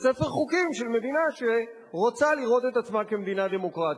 בספר חוקים של מדינה שרוצה לראות את עצמה כמדינה דמוקרטית.